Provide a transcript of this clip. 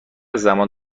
زمان